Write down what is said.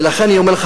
ולכן אני אומר לך,